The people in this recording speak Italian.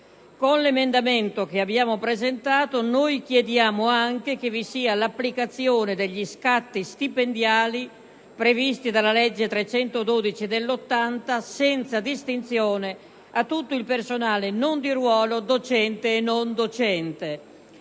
con l'emendamento in titolo chiediamo anche che vi sia l'applicazione degli scatti stipendiali previsti dalla legge n. 312 del 1980, senza distinzioni, a tutto il personale non di ruolo, docente e non docente.